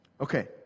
Okay